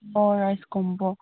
ꯍꯣꯏ rice combo